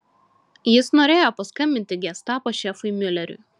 jis norėjo paskambinti gestapo šefui miuleriui